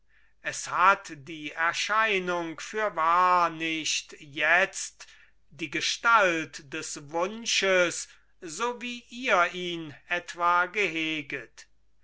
es hat die erscheinung fürwahr nicht jetzt die gestalt des wunsches so wie ihr ihn etwa geheget